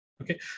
okay